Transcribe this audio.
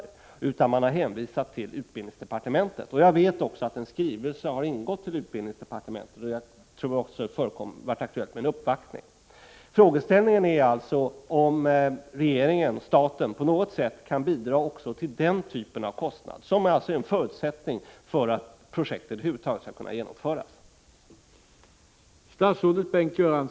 I stället har man hänvisat till utbildningsdepartementet. Jag vet också att det har ingått en skrivelse till utbildningsdepartementet, och jag tror att det har varit aktuellt med en uppvaktning. Frågan är alltså om regeringen-staten på något sätt kan bidra när det gäller den ifrågavarande typen av kostnad, vilket alltså är en förutsättning för att projektet över huvud taget skall kunna genomföras.